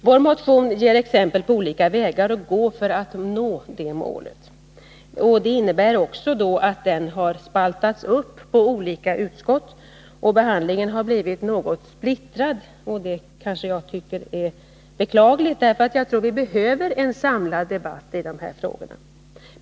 Vår motion ger exempel på olika vägar att gå för att nå det målet. Det innebär också att den har spaltats upp på olika utskott. Behandlingen har blivit något splittrad, och det tycker jag är beklagligt, eftersom jag tror att vi behöver en samlad debatt i de här frågorna.